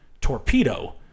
torpedo